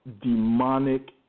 demonic